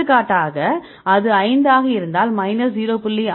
எடுத்துக்காட்டாக அது 5 ஆக இருந்தால் மைனஸ் 0